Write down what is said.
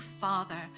Father